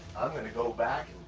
i'm gonna go back.